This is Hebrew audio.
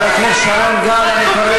נו,